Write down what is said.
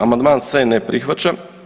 Amandman se ne prihvaća.